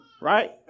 right